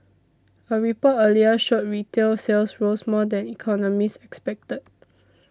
a report earlier showed retail sales rose more than economists expected